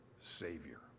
savior